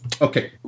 Okay